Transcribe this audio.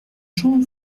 jean